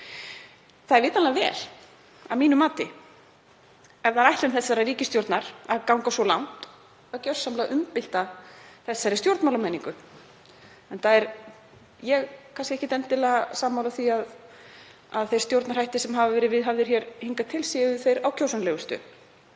Það er vitanlega vel, að mínu mati, ef það er ætlun ríkisstjórnarinnar að ganga svo langt að umbylta þeirri stjórnmálamenningu, enda er ég kannski ekkert endilega sammála því að þeir stjórnarhættir sem hafa verið viðhafðir hér hingað til séu þeir ákjósanlegustu.